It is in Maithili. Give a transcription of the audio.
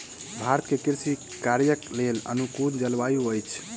भारत में कृषि कार्यक लेल अनुकूल जलवायु अछि